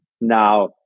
Now